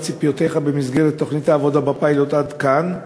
ציפיותיך במסגרת תוכנית העבודה בפיילוט עד כאן?